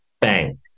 bang